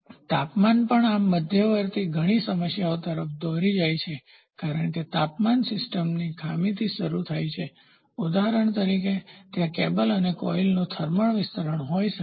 તાપમાન પણ આ મધ્યવર્તીઘણી સમસ્યાઓ તરફ દોરી જાય છે કારણ કે તાપમાનસિસ્ટમ થી ખામી શરૂ થાય છે ઉદાહરણ તરીકે ત્યાં કેબલ અને કોઇલનું થર્મલ વિસ્તરણ હોઈ શકે છે